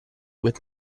with